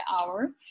hour